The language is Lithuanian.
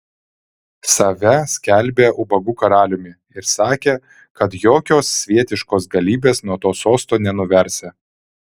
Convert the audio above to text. save skelbė ubagų karaliumi ir sakė kad jokios svietiškos galybės nuo to sosto nenuversią